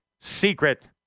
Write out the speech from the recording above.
Secret